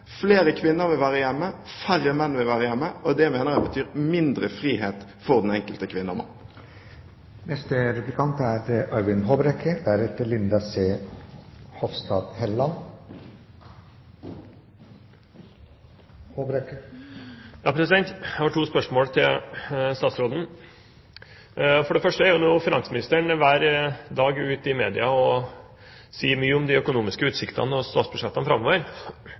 Flere kvinner vil være hjemme. Færre menn vil være hjemme. Det mener jeg betyr mindre frihet for den enkelte kvinne og mann. Jeg har to spørsmål til statsråden. For det første: Finansministeren er hver dag ute i media og sier mye om de økonomiske utsiktene og statsbudsjettene framover.